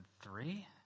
three